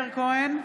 מאיר כהן,